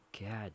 God